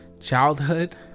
childhood